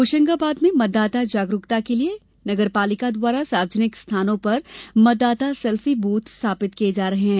होशंगाबाद में मतदाता जागरूकता के लिये नगरपालिका द्वारा सार्वजनिक स्थानों पर मतदाता सेल्फी ब्रथ स्थापित किये जा रहे हैं